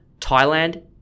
Thailand